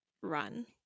run